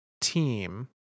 team